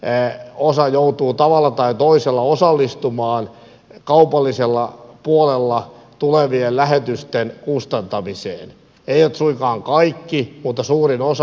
suurin osa joutuu tavalla tai toisella osallistumaan kaupallisella puolella tulevien lähetysten kustantamiseen eivät suinkaan kaikki mutta suurin osa joutuu